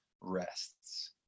rests